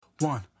One